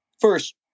first